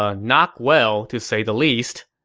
ah not well, to say the least.